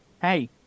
hey